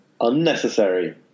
unnecessary